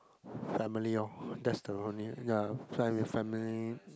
family lor that's the only ya fly with family